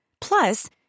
Plus